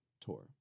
tour